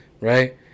right